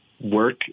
work